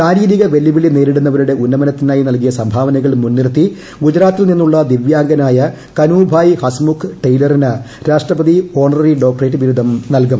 ശാരീരിക വെല്ലുവിളിനേരിടുന്നവരുടെ ഉന്നമനത്തിനായി നൽകിയ സംഭാവനകൾ മുൻനിർത്തി ഗുജറാത്തിൽ നിന്നുള്ള ദിവ്യാംഗനായ കനുഭായ് ഹസ്മുഖ്ഭായ് ടെയ്ലറിന് രാഷ്ട്രപതി ഓണററി ഡോക്ടറേറ്റ് ബിരുദം നൽകും